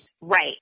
Right